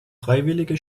freiwillige